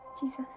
Jesus